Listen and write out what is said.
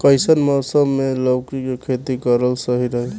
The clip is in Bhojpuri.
कइसन मौसम मे लौकी के खेती करल सही रही?